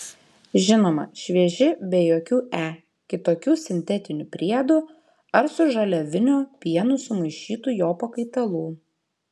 žinoma švieži be jokių e kitokių sintetinių priedų ar su žaliaviniu pienu sumaišytų jo pakaitalų